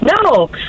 No